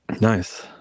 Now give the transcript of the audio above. Nice